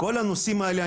כל הנושאים האלה,